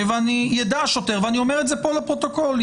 ואני אומר את זה כאן לפרוטוקול,